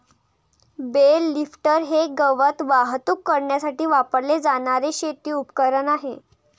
bell lifter हे गवत वाहतूक करण्यासाठी वापरले जाणारे शेती उपकरण आहे